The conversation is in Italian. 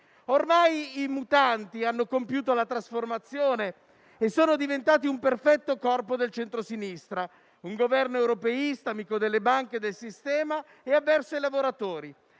Ormai i mutanti hanno compiuto la trasformazione e sono diventati un perfetto corpo del centrosinistra, un Governo europeista, amico delle banche e del sistema e avverso ai lavoratori;